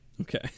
okay